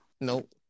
nope